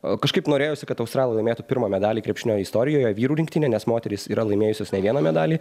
o kažkaip norėjosi kad australai laimėtų pirmą medalį krepšinio istorijoje vyrų rinktinėj nes moterys yra laimėjusios ne vieną medalį